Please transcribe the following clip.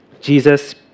Jesus